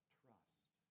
trust